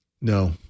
no